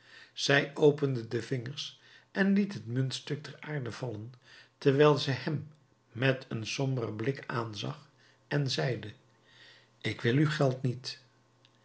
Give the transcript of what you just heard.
zij opende de vingers en liet het muntstuk ter aarde vallen terwijl ze hem met een somberen blik aanzag en zeide ik wil uw geld niet